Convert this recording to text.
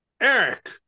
eric